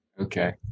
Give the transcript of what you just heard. Okay